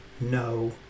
no